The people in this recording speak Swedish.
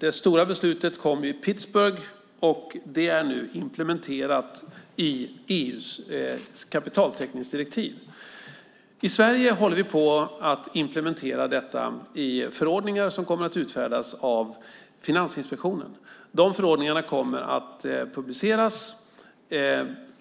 Det stora beslutet kom i Pittsburgh, och det är nu implementerat i EU:s kapitaltäckningsdirektiv. I Sverige håller vi på att implementera detta i förordningar som kommer att utfärdas av Finansinspektionen. De förordningarna kommer att publiceras